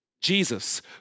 Jesus